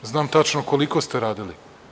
Znam tačno koliko ste radili.